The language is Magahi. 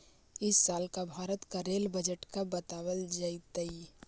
इस साल का भारत का रेल बजट कब बतावाल जतई